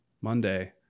Monday